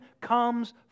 comes